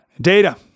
Data